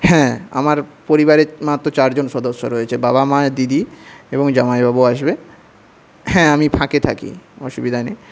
হ্যাঁ আমার পরিবারে মাত্র চার জন সদস্য রয়েছে বাবা মায় দিদি এবং জামাইবাবু আসবে হ্যাঁ আমি ফাঁকে থাকি অসুবিধা নেই